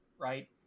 right